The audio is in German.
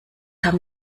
haben